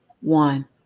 one